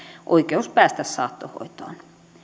oikeus päästä saattohoitoon